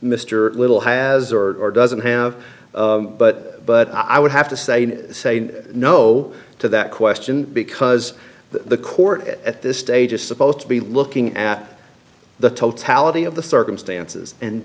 mr little has or doesn't have but but i would have to say and say no to that question because the court at this stage is supposed to be looking at the totality of the circumstances and